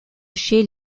chez